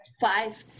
five